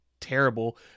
terrible